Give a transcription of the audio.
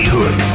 Hood